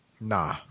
Nah